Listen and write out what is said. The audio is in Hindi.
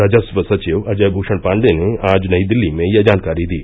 राजस्व सचिव अजय भूषण पांडे ने आज नई दिल्ली में यह जानकारी दी